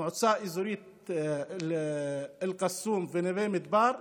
המועצה האזורית אל-קסום ונווה מדבר,